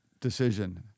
decision